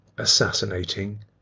assassinating